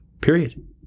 period